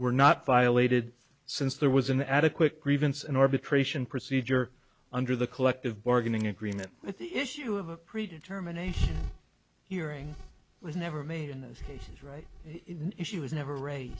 were not violated since there was an adequate grievance and arbitration procedure under the collective bargaining agreement with the issue of a pre determination hearing was never made in those cases right in she was never